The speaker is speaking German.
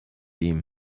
ihm